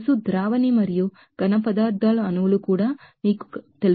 molecules of solvent మరియు solids కూడా మీకు తెలుసు